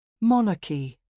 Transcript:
Monarchy